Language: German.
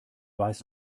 weiß